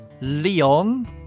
Leon